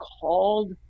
called